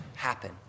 happen